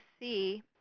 see